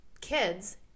kids